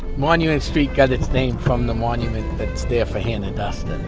monument street got its name from the monument that's there for hannah duston.